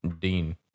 Dean